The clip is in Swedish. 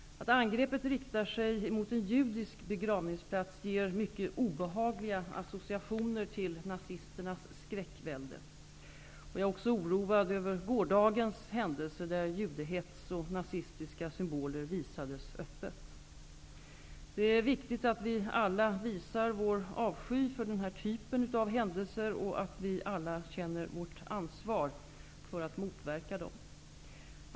Att angreppet riktar sig mot en judisk begravningsplats ger mycket obehagliga associationer till nazisternas skräckvälde. Jag är också oroad över gårdagens händelser där judehets och nazistiska symboler visades öppet. Det är viktigt att vi alla visar vår avsky för den här typen av händelser och att vi alla känner vårt ansvar för att motverka dem.